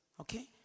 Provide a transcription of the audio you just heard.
Okay